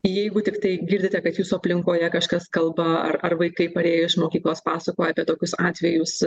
jeigu tiktai girdite kad jūsų aplinkoje kažkas kalba ar vaikai parėję iš mokyklos pasakoja apie tokius atvejus